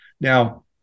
Now